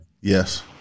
Yes